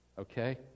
Okay